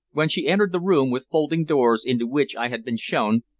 when she entered the room with folding doors into which i had been shown,